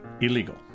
illegal